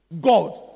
God